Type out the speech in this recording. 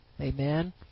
Amen